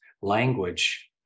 language